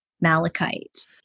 malachite